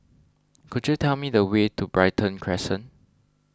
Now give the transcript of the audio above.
could you tell me the way to Brighton Crescent